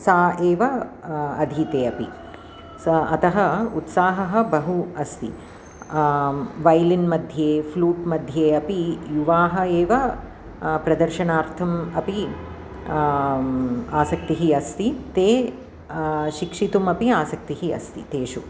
सा एव अधीते अपि सा अतः उत्साहः बहु अस्ति वैलिन्मध्ये फ़्लूट्मध्ये अपि युवाः एव प्रदर्शनार्थम् अपि आसक्तिः अस्ति ते शिक्षितुमपि आसक्तिः अस्ति तेषु